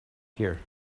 here